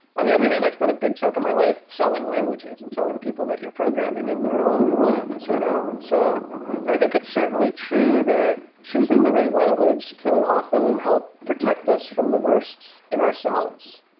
on the other hand, i spent a big chunk of my life selling languages and telling people that you're programming in the wrong ones. you know and so i think it's certainly true that choosing the right language can often help protect us from the worst worst in ourselves.